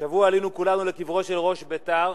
השבוע עלינו כולנו לקברו של ראש בית"ר,